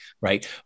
right